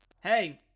Hey